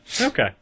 Okay